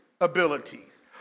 abilities